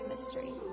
mystery